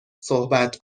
صحبت